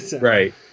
Right